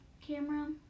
camera